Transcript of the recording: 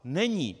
Není.